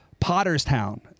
Potterstown